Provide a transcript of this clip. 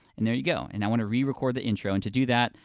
and there you go. and i wanna re-record the intro, and to do that,